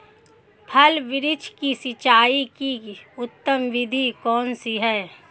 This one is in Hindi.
फल वृक्ष की सिंचाई की उत्तम विधि कौन सी है?